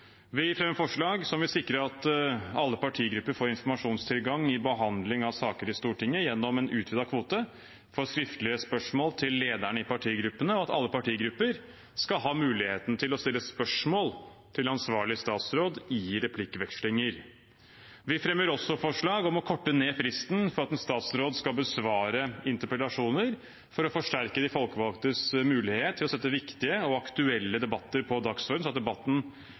Vi fremmer forslag som vil sikre at alle partigrupper får informasjonstilgang i behandling av saker i Stortinget, gjennom en utvidet kvote for skriftlige spørsmål til lederne i partigruppene, og at alle partigrupper skal ha muligheten til å stille spørsmål til ansvarlig statsråd i replikkvekslinger. Vi fremmer også forslag om å korte ned fristen for at en statsråd skal besvare interpellasjoner, for å forsterke de folkevalgtes mulighet til å sette viktige og aktuelle debatter på dagsordenen, sånn at debatten